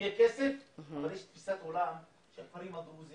יהיה כסף אבל יש תפיסת עולם לתקוע את הכפרים הדרוזיים,